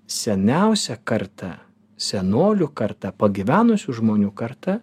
seniausia karta senolių karta pagyvenusių žmonių karta